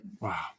Wow